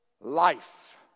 life